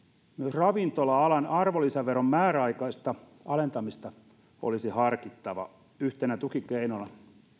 ravintola alan arvonlisäveron määräaikaista alentamista olisi harkittava yhtenä tukikeinona